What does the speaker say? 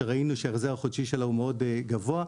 שראינו שההחזר החודשי שלה הוא מאוד גבוה,